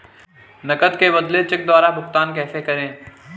नकद के बदले चेक द्वारा भुगतान कैसे करें?